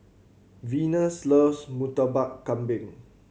Venus loves Murtabak Kambing